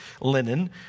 linen